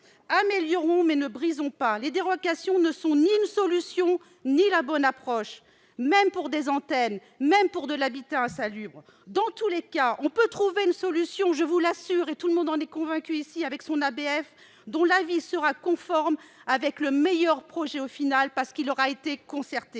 Améliorons, mais ne brisons pas ! Les dérogations ne sont ni une solution ni la bonne approche, même pour des antennes ou l'habitat insalubre. Dans tous les cas, chacun peut trouver une solution, je vous l'assure, nous en sommes tous convaincus ici, avec son ABF dont l'avis sera conforme avec le meilleur projet, parce qu'il aura été concerté.